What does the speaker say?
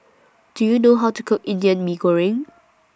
Do YOU know How to Cook Indian Mee Goreng